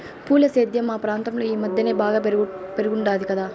పూల సేద్యం మా ప్రాంతంలో ఈ మద్దెన బాగా పెరిగుండాది కదా